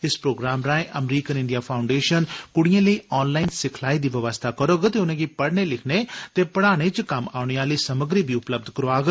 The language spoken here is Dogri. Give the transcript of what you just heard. इस प्रोग्राम राएं अमरीकन इंडिया फांउडेशन कुडिएं लेई ऑनलाइन सिखलाई दी बवस्था करोग ते उनेंगी पढ़ने लिखने ते पढ़ाने च कम्म औने आली समग्री बी उपलब्ध करोआग